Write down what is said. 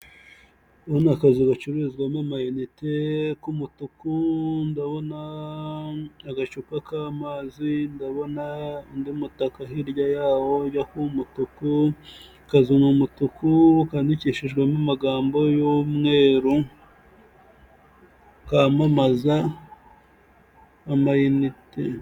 Ndabona akazu gacururizwamo amayinite, k'umutuku, ndabona agacupa k'amazi, ndabona undi mutaka hirya yawo ujya kuba umutuku, akazu ni umutuku, kandikishijwemo amagambo y'umweru, kamamaza amayinite.